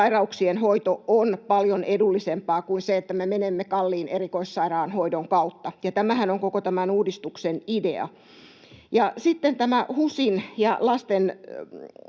sairauksien hoito on paljon edullisempaa kuin se, että me menemme kalliin erikoissairaanhoidon kautta, ja tämähän on koko tämän uudistuksen idea. Sitten tämä HUSin ja lasten